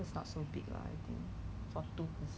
I'm like okay I will not buy